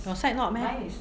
your side not meh